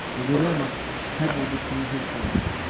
the dilemma had me between his horns.